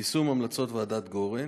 יישום המלצות ועדת גורן,